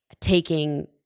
taking